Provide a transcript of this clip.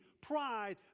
pride